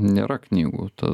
nėra knygų ta